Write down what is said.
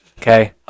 Okay